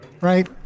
Right